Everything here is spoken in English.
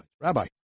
Rabbi